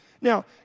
Now